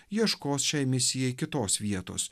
ieškos šiai misijai kitos vietos